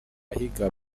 ahiga